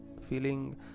feeling